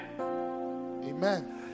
Amen